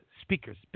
speakers